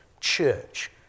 church